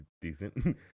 decent